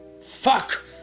Fuck